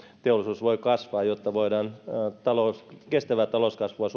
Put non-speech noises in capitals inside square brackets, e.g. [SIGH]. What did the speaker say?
teollisuus voi kasvaa jotta suomessa voidaan rakentaa kestävää talouskasvua [UNINTELLIGIBLE]